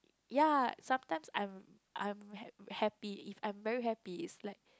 ya sometimes I'm I'm ha~ happy if I'm very happy it's like